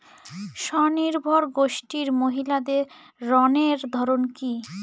স্বনির্ভর গোষ্ঠীর মহিলাদের ঋণের ধরন কি?